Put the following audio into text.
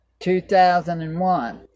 2001